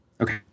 Okay